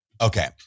Okay